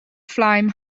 flame